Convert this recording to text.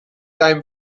einem